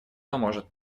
поможет